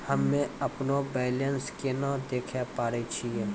हम्मे अपनो बैलेंस केना देखे पारे छियै?